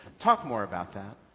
talk more about that.